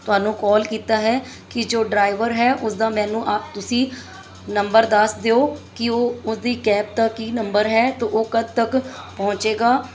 ਤੁਹਾਨੂੰ ਕਾਲ ਕੀਤਾ ਹੈ ਕਿ ਜੋ ਡਰਾਈਵਰ ਹੈ ਉਸ ਦਾ ਮੈਨੂੰ ਆ ਤੁਸੀਂ ਨੰਬਰ ਦੱਸ ਦਿਓ ਕਿ ਉਹ ਉਸਦੀ ਕੈਪ ਦਾ ਕੀ ਨੰਬਰ ਹੈ ਤਾਂ ਉਹ ਕਦੋਂ ਤੱਕ ਪਹੁੰਚੇਗਾ